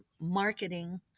marketing